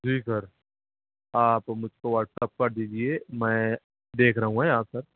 ٹھیک ہے آپ مجھ کو واٹس ایپ کر دیجیے میں دیکھ رہا ہوں آں یہاں سر